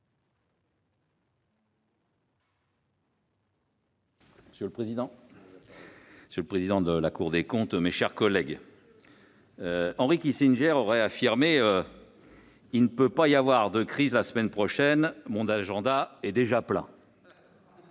Monsieur le président, monsieur le Premier président de la Cour des comptes, mes chers collègues, Henry Kissinger aurait affirmé :« Il ne peut pas y avoir de crise la semaine prochaine : mon agenda est déjà plein ».